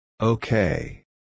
Okay